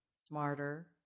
smarter